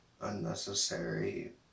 unnecessary